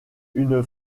une